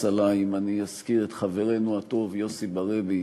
עלי אם אני אזכיר את חברנו הטוב יוסי ברבי,